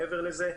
מעבר לזה,